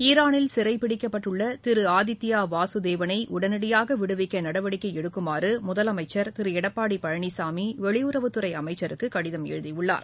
ஈரானில் சிறைபிடிக்கப்பட்டுள்ளதிருஆதித்யாவாசுதேவனைஉடனடியாகவிடுவிக்கநடவடிக்கைஎடுக்குமாறுமுதலமை ச்சா் திருஎடப்பாடிபழனிசாமிவெளியுறவுத்துறைஅமைச்சருக்குகடிதம் எழுதியுள்ளார்